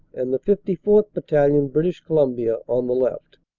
and the fifty fourth. battalion, british colum bia, on the left.